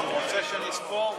רוצה שנספור?